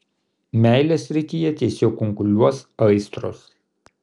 meilės srityje tiesiog kunkuliuos aistros